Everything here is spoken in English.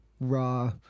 raw